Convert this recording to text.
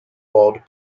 walled